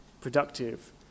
productive